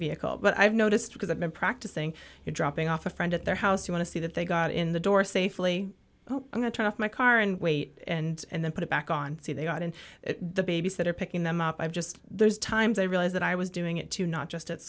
vehicle but i've noticed because i've been practicing dropping off a friend at their house i want to see that they got in the door safely oh i'm going to turn off my car and wait and and then put it back on see they are not in the babies that are picking them up i'm just there's times i realize that i was doing it too not just at